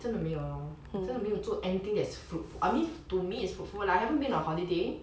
真的没有 lor 真的没有 do anything that's fruit I mean to me is fruitful lah I haven't been on holiday